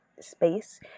space